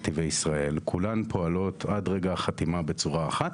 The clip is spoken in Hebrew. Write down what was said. נתיבי ישראל כולן פועלות עד רגע החתימה בצורה אחת,